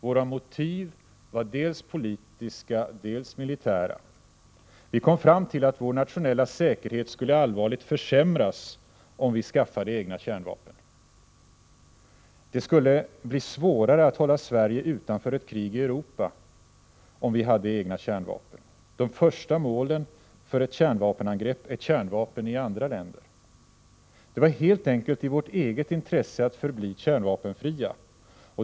Våra motiv var dels politiska, dels militära. Vi kom fram till att vår nationella säkerhet allvarligt skulle försämras om vi skaffade egna kärnvapen. Det skulle bli svårare att hålla Sverige utanför ett krig i Europa om vi hade egna kärnvapen. De första målen för ett kärnvapenangrepp är kärnvapen i andra länder. Det var helt enkelt i vårt eget intresse att förbli kärnvapenfria.